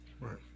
Right